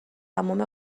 تمام